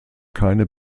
keine